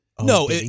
No